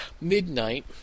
midnight